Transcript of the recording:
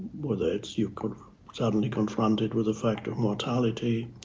whether it's you're kind of suddenly confronted with the fact of mortality,